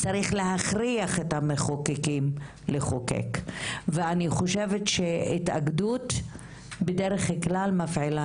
צריך להכריח את המחוקקים לחוקק ואני חושבת שהתאגדות בדרך כלל מפעילה